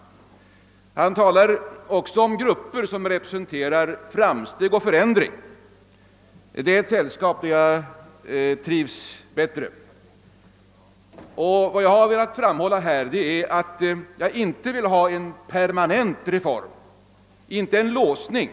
Statsrådet talade också om grupper som representerade framsteg och förändring. Det är ett sällskap, som jag trivs bättre i. Vad jag velat framhålla är att det inte bör genomföras en permanent reform, som innebär en låsning.